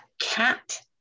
cat